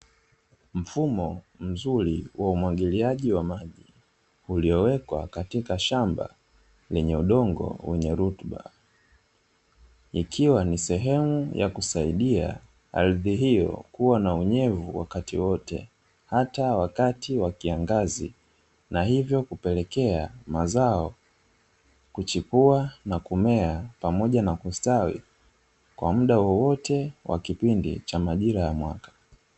Mfumo mzuri wa umwagiliaji wa maji uliowekwa katika shamba lenye udongo wenye rutuba, ikiwa ni sehemu ya kusaidia ardhi hiyo kuwa na unyevu wakati wote, hata wakati wa kiangazi, na hivyo kupelekea mazao kuchipua na kumea pamoja na kustawi kwa muda wowote wa kipindi cha majira ya mwaka.